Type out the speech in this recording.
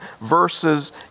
verses